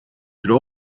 could